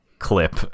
clip